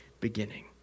beginning